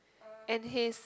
and his